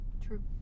True